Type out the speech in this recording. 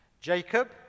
Jacob